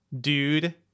dude